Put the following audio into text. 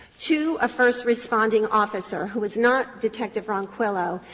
to a first responding officer who was not detective ronquillo,